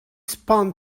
spun